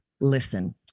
Listen